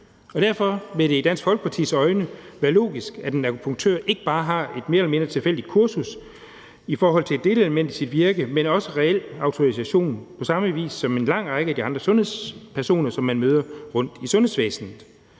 Derfor vil det i Dansk Folkepartis øjne være logisk, at en akupunktør ikke bare har et mere eller mindre tilfældigt kursus i forhold til et delelement i sit virke, men også reel autorisation på samme vis som en lang række af de andre sundhedspersoner, som man møder rundt i sundhedsvæsenet.